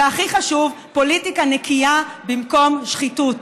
והכי חשוב: פוליטיקה נקייה במקום שחיתות.